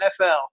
NFL